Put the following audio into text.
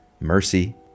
mercy